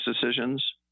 decisions